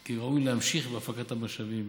כי ראוי להמשיך בהפקת המשאבים